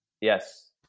Yes